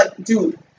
dude